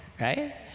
right